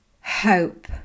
hope